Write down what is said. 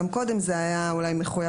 גם קודם זה היה מחויב,